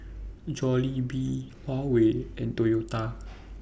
Jollibee Huawei and Toyota